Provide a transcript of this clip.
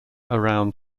around